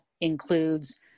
includes